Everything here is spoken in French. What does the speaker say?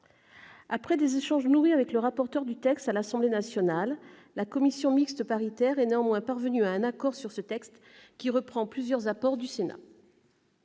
Après des échanges nourris avec le rapporteur du texte à l'Assemblée nationale, la commission mixte paritaire est néanmoins parvenue à un accord sur ce texte, qui reprend plusieurs apports du Sénat.